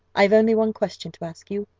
i have only one question to ask you,